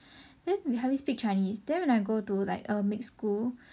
then we hardly speak chinese then when I go to like mixed school